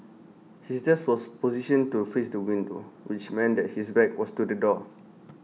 his desk was positioned to face the window which meant that his back was to the door